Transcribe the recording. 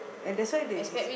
and that's why they